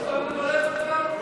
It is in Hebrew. עוד פעם לברך אותך?